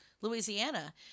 Louisiana